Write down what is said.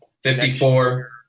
Fifty-four